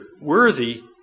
worthy